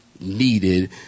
Needed